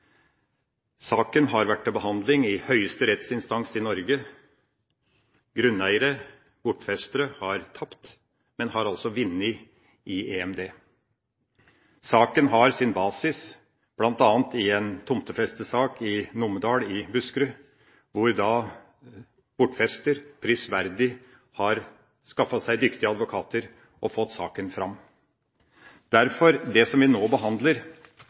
Saken har vært til behandling i høyeste rettsinstans i Norge. Grunneiere, bortfestere, har tapt, men har altså vunnet i EMD. Saken har sin basis bl.a. i en tomtefestesak i Numedal i Buskerud, hvor bortfester prisverdig har skaffet seg dyktige advokater og fått saken fram. Det som vi nå behandler,